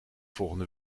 volgende